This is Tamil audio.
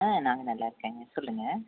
ஆ நாங்கள் நல்லாயிருக்கேங்க சொல்லுங்க